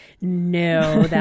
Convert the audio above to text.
No